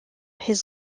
his